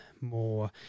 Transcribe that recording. more